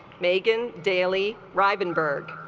megan daily reiben burg